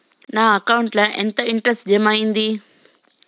నా అకౌంట్ ల ఎంత ఇంట్రెస్ట్ జమ అయ్యింది?